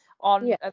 on